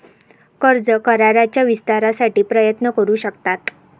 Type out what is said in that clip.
कर्ज कराराच्या विस्तारासाठी प्रयत्न करू शकतात